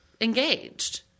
engaged